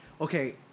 Okay